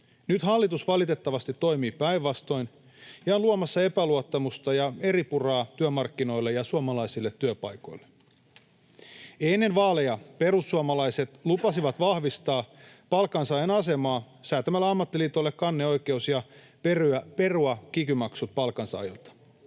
Nyt hallitus valitettavasti toimii päinvastoin ja on luomassa epäluottamusta ja eripuraa työmarkkinoille ja suomalaisille työpaikoille. Ennen vaaleja perussuomalaiset lupasivat vahvistaa palkansaajan asemaa säätämällä ammattiliitoille kanneoikeuden ja perua kiky-maksut palkansaajilta.